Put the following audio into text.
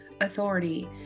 authority